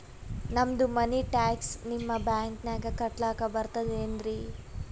ನಮ್ದು money tax ನಿಮ್ಮ ಬ್ಯಾಂಕಿನಾಗ ಕಟ್ಲಾಕ ಬರ್ತದೇನ್ರಿ?